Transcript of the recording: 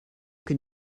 can